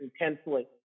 intensely